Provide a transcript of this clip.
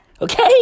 Okay